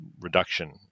reduction